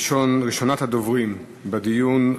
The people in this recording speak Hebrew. ראשונת הדוברים בדיון,